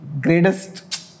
greatest